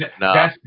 No